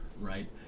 right